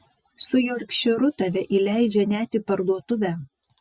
su jorkšyru tave įleidžia net į parduotuvę